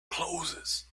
closes